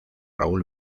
raúl